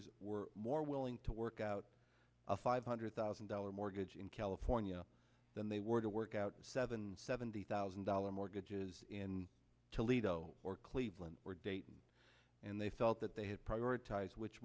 rs were more willing to work out a five hundred thousand dollar mortgage in california than they were to work out seven seventy thousand dollars mortgage is in toledo or cleveland or dayton and they felt that they had prioritized which